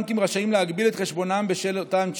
הבנקים רשאים להגביל את חשבונם בשל אותם צ'קים.